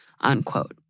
unquote